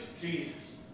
Jesus